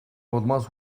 улмаас